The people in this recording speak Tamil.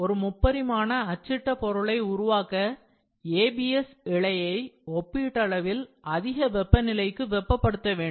ஒரு முப்பரிமாண அச்சிட்ட பொருளை உருவாக்க ABS இழையை ஒப்பீட்டளவில் அதிக வெப்பநிலைக்கு வெப்பபடுத்தவேண்டும்